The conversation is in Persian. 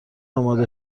آماده